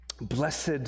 blessed